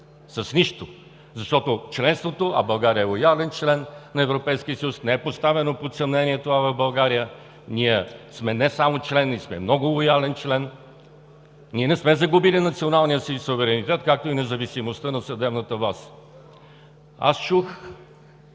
С нищо! Защото членството, а България е лоялен член на Европейския съюз. Това не е поставено под съмнение в България – ние сме не само член, а сме много лоялен член, ние не сме загубили националния си суверенитет, както и независимостта на съдебната власт. Аз чух